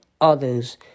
others